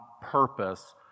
purpose